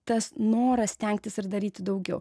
tas noras stengtis ir daryti daugiau